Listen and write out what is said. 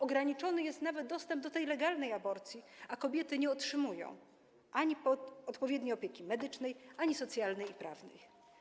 Ograniczony jest nawet dostęp do tej legalnej aborcji, a kobiety nie otrzymują ani odpowiedniej opieki medycznej, ani socjalnej i prawnej.